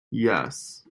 yes